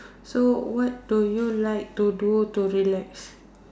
so what do you like to do to relax